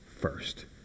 first